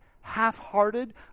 half-hearted